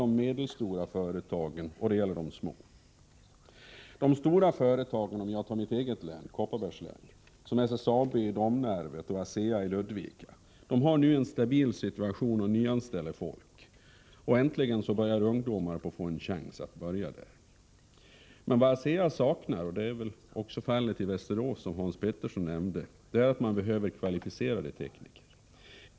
De stora företagen — om jag håller mig till mitt eget län, Kopparbergs län — som SSAB i Domnarvet och ASEA i Ludvika, har nu en stabil situation och nyanställer folk. Äntligen kan ungdomar få en chans att börja där. Men vad ASEA saknar — och det är väl också fallet i Västerås, som Hans Petersson nämnde — är kvalificerade tekniker.